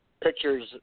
pictures